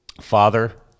father